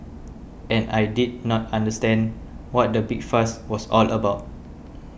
and I did not understand what the big fuss was all about